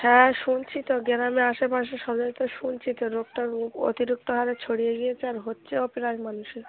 হ্যাঁ শুনছি তো গ্রামে আশেপাশে সবাই তো শুনছি তো রোগটা নিয়ে অতিরিক্তভাবে ছড়িয়ে গিয়েছে আর হচ্ছেও প্রায় মানুষের